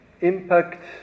impact